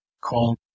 call